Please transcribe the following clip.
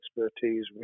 expertise